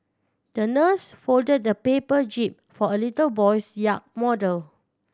the nurse folded a paper jib for a little boy's yacht model